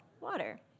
Water